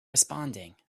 responding